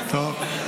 טוב.